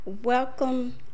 Welcome